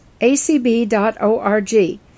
acb.org